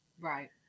right